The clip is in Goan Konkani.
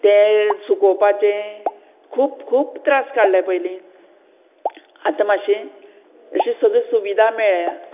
तें सुकोवपाचें खूब खूब त्रास काडले पयलीं आतां मातशी अशी सगळी सुविधा मेळ्ळ्या